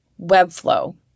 Webflow